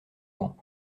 vent